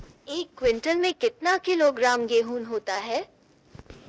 एक क्विंटल में कितना किलोग्राम गेहूँ होता है?